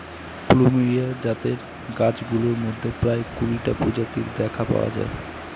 plumeria জাতের গাছগুলোর মধ্যে প্রায় কুড়িটা প্রজাতি দেখতে পাওয়া যায়